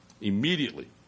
immediately